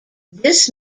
this